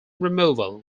removal